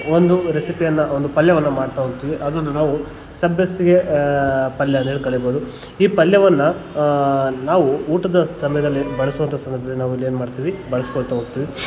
ಒಂದು ರೆಸಿಪಿಯನ್ನು ಒಂದು ಪಲ್ಯವನ್ನು ಮಾಡ್ತಾ ಹೋಗ್ತೀವಿ ಅದನ್ನ ನಾವು ಸಬ್ಬಸಿಗೆ ಪಲ್ಯ ಅಂತೇಳಿ ಕರೀಬೌದು ಈ ಪಲ್ಯವನ್ನು ನಾವು ಊಟದ ಸಮಯದಲ್ಲಿ ಬಳಸುವಂಥ ಸಂದರ್ಭದಲ್ಲಿ ನಾವಿಲ್ಲಿ ಏನು ಮಾಡ್ತೀವಿ ಬಳ್ಸ್ಕೊಳ್ತಾ ಹೋಗ್ತೀವಿ